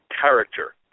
character